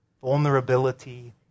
Vulnerability